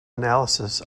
analysis